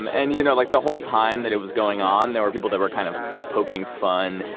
um and you know like the whole time that it was going on, there were people that were kind of poking fun,